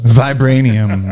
vibranium